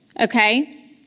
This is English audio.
Okay